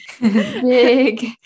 big